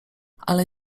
ale